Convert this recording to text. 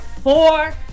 four